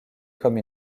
comme